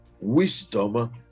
Wisdom